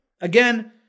Again